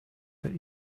but